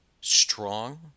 strong